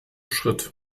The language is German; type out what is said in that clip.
schritt